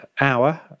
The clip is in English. hour